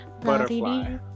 butterfly